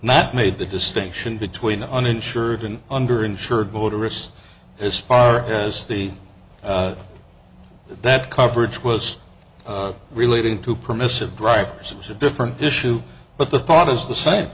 not made the distinction between uninsured and under insured motorists as far as the that coverage was relating to permissive drivers is a different issue but the thought is the same